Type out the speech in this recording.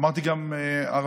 אמרתי גם ערבים,